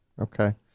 Okay